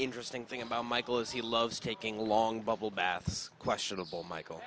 interesting thing about michael is he loves taking long bubble baths questionable michael